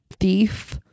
thief